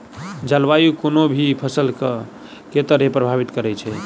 जलवायु कोनो भी फसल केँ के तरहे प्रभावित करै छै?